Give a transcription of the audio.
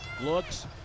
looks